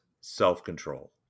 self-control